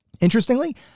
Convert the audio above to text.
Interestingly